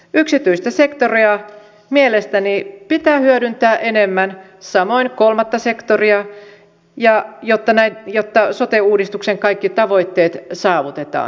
yksityistä sektoria mielestäni pitää hyödyntää enemmän samoin kolmatta sektoria jotta sote uudistuksen kaikki tavoitteet saavutetaan